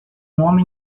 homem